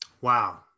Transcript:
Wow